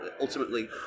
ultimately